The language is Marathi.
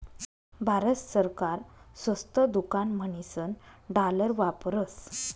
भारत सरकार स्वस्त दुकान म्हणीसन डालर वापरस